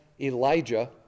Elijah